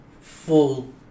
full